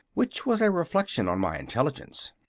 which was a reflection on my intelligence.